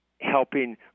helping